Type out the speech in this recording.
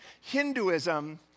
Hinduism